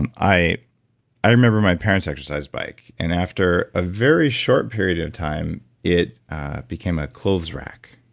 and i i remember my parents exercise bike, and after a very short period of time, it became a clothes rack.